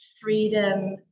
freedom